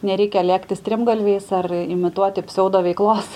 nereikia lėkti strimgalviais ar imituoti pseudo veiklos